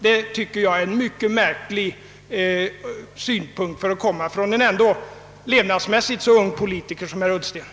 Detta tycker jag är en mycket märklig synpunkt för att framföras av en »levnadsmässigt» ändå så ung politiker som herr Ullsten.